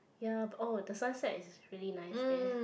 ya oh the sunset is really nice there